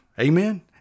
Amen